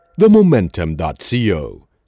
TheMomentum.co